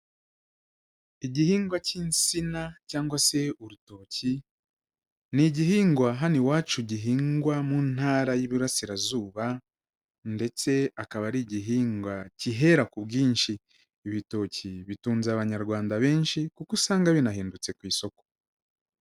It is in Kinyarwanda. Igihingwa k'insina cyangwa se urutoki, ni igihingwa hano iwacu gihingwa mu Ntara y'Iburasirazuba ndetse akaba ari igihingwa kihera ku bwinshi, ibitoki bitunze Abanyarwanda benshi kuko usanga binahendutse ku isoko.